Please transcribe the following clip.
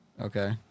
Okay